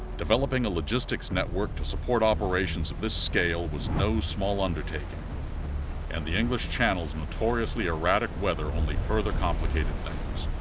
developing a logistics network to support operations of this scale was no small undertaking and the english channel s notoriously erratic weather only further complicated things.